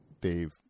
Dave